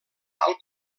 alt